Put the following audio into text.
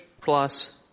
plus